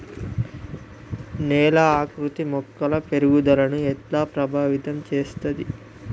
నేల ఆకృతి మొక్కల పెరుగుదలను ఎట్లా ప్రభావితం చేస్తది?